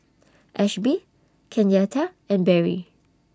Ashby Kenyatta and Berry